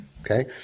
Okay